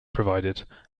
provided